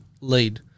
lead